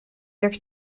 jak